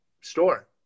store